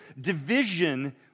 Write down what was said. division